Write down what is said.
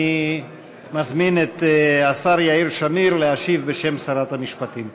אני מזמין את השר יאיר שמיר להשיב בשם שרת המשפטים.